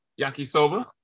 yakisoba